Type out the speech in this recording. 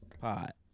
pot